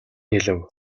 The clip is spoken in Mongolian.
хэлэв